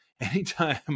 anytime –